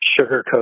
sugarcoat